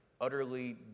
utterly